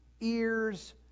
ears